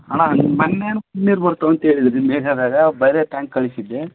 ಅಣ್ಣ ನೀನು ಮೊನ್ನೇನು ನೀರು ಬರ್ತವೆ ಅಂತ ಹೇಳಿದ್ರಿ ನಿಮ್ಮ ಏರ್ಯಾದಾಗೆ ಬರೇ ಟ್ಯಾಂಕ್ ಕಳ್ಸಿದ್ದೆ